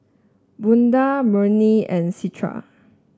Bunga Murni and Citra